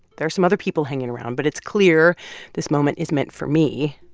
there's some other people hanging around, but it's clear this moment is meant for me.